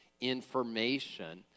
information